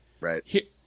right